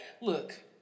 Look